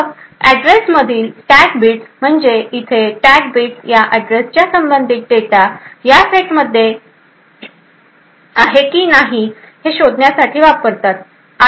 मग ऍड्रेस मधील टॅग बिट्सम्हणजे इथे टॅग बिट्स या अॅड्रेसच्या संबंधित डेटा या सेटमध्ये आहे की नाही हे शोधण्यासाठी वापरतात